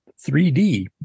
3D